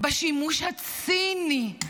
בשימוש הציני,